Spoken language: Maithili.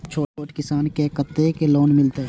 छोट किसान के कतेक लोन मिलते?